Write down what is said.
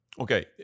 Okay